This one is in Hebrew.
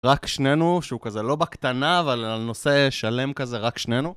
רק שנינו, שהוא כזה לא בקטנה, אבל על נושא שלם כזה, רק שנינו.